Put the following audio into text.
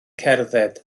cerdded